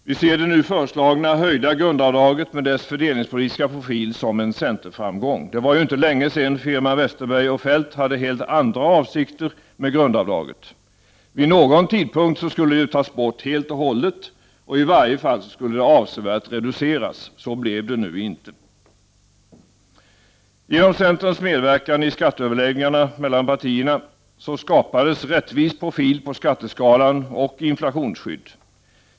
Vi ser det nu föreslagna höjda grundavdraget med dess fördelningspolitiska profil som en centerframgång. Det var ju inte länge sedan firma Westerberg & Feldt hade helt andra avsikter med grundavdraget. Vid någon tidpunkt skulle det tas bort och hållet, och i varje fall skulle det avsevärt reduceras. Så blev det nu inte. Genom centerns medverkan i skatteöverläggningarna mellan partierna skapades rättvis profil på skatteskalan och inflationsskydd.